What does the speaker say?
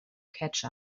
catch